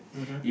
mmhmm